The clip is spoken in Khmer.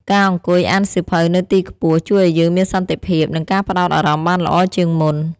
ការអង្គុយអានសៀវភៅនៅទីខ្ពស់ ជួយឱ្យយើងមានសន្តិភាព និងការផ្តោតអារម្មណ៍បានល្អជាងមុន។